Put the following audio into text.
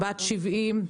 בת 70,